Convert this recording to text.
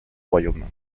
royaumes